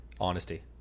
honesty